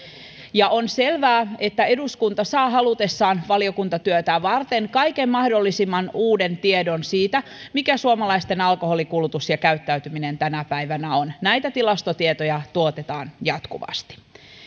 on selvää että eduskunta saa halutessaan valiokuntatyötään varten kaiken mahdollisimman uuden tiedon siitä mikä suomalaisten alkoholinkulutus ja alkoholikäyttäytyminen tänä päivänä on näitä tilastotietoja tuotetaan jatkuvasti